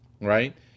right